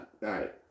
right